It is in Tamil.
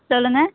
சொல்லுங்கள்